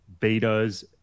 betas